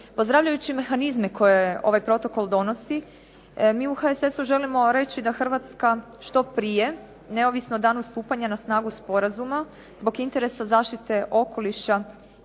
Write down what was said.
Pozdravljajući mehanizme koje ovaj protokol donosi mi u HSS-u želimo reći da Hrvatska što prije, neovisno o danu stupanju na snagu sporazuma, zbog interesa zaštite okoliša